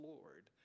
Lord